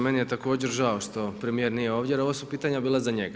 Meni je također žao što premijer nije ovdje, jer ovo su pitanja bila za njega.